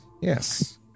yes